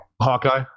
Hawkeye